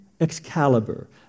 Excalibur